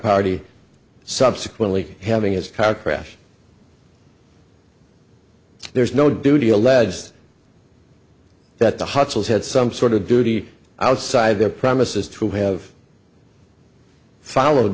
party subsequently having his car crash there is no duty alleged that the hot seals had some sort of duty outside their promises to have followed